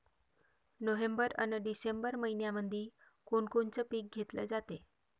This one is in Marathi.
नोव्हेंबर अन डिसेंबर मइन्यामंधी कोण कोनचं पीक घेतलं जाते?